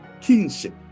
kinship